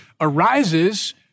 arises